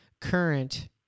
current